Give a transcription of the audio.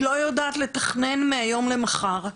היא לא יודעת לתכנן מהיום למחר.